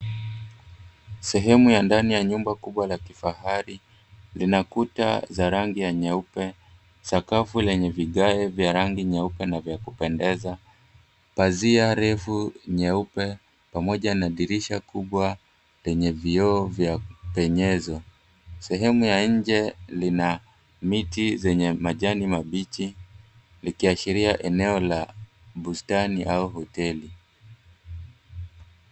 Sehemu ya ndani ya nyumba kubwa la kifahari ina kuta za rangi ya nyeupe, sakafu lenye vigae vya rangi nyeupe na vya kupendeza, pazia refu nyeupe pamoja na dirisha kubwa yenye vioo vya kupenyeza. Sehemu ya inje ina miti zenye majani mabichi ikiashiria eneo la bustani au hoteli.